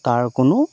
তাৰ কোনো